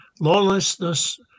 Lawlessness